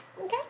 Okay